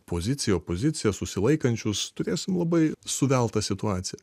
poziciją opoziciją susilaikančius turėsim labai suveltą situaciją